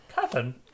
Kevin